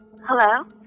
Hello